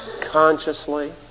consciously